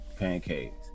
Pancakes